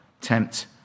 tempt